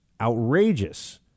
outrageous